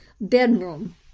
bedroom